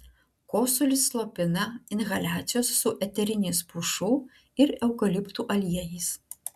kosulį slopina inhaliacijos su eteriniais pušų ir eukaliptų aliejais